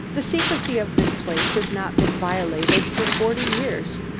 the secrecy of this place has not been violated for forty years.